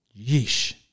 Yeesh